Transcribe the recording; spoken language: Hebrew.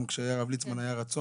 גם כשהיה הרב ליצמן היה רצון,